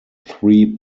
three